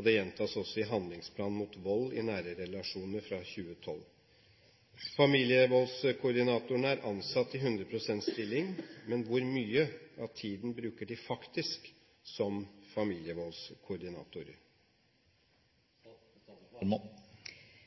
og gjentas i Handlingsplan mot vold i nære relasjoner 2012. Familevoldskoordinatorene er ansatte i 100 pst. stilling, men hvor mye av tiden bruker de faktisk som familievoldskoordinator?»